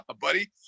buddy